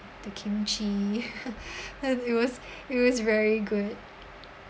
the kimchi and it was it was very good